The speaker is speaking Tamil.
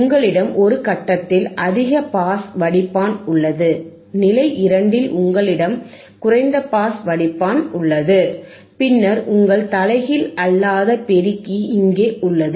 உங்களிடம் ஒரு கட்டத்தில் அதிக பாஸ் வடிப்பான் உள்ளது நிலை 2ல் உங்களிடம் குறைந்த பாஸ் வடிப்பான் உள்ளது பின்னர் உங்கள் தலைகீழ் அல்லாத பெருக்கி இங்கே உள்ளது